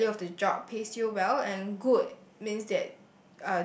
the value of the job pays you well and good means that